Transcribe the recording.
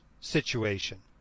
situation